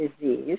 disease